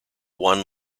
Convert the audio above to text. one